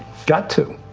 got to!